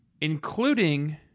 Including